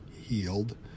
healed